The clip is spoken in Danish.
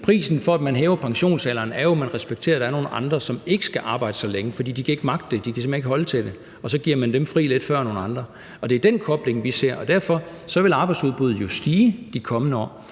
prisen for, at man hæver pensionsalderen, jo egentlig er, at man respekterer, at der er nogle andre, som ikke skal arbejde så længe, fordi de ikke kan magte det, fordi de simpelt hen ikke kan holde til det; og så giver man dem fri lidt før end nogle andre. Det er den kobling, vi ser. Og derfor vil arbejdsudbuddet jo stige i de kommende år